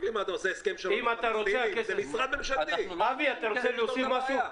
פרופסור שמחון, אתה רוצה להוסיף משהו?